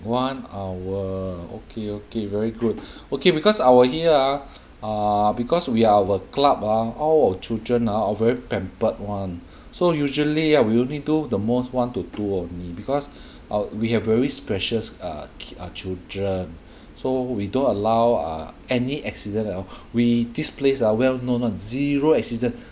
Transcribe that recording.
one hour okay okay very good okay because our here ah because we our club ah all our children ah all very pampered [one] so usually ya we only do the most one to two only because o~ we have very precious ah ki~ children so we don't allow ah any accident at all we this place ah well known [one] zero accident